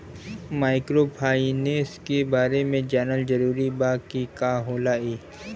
Microfinance के बारे में जानल जरूरी बा की का होला ई?